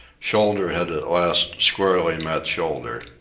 shoulder had at last squarely met shoulder.